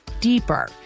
deeper